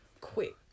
quick